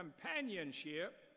companionship